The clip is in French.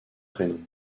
prénom